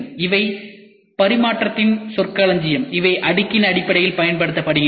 இவை பரிமாற்றத்தின் சொற்களஞ்சியம் அவை அடுக்கின் அடிப்படையில் பயன்படுத்தப்படுகின்றன